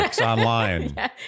online